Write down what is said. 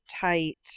tight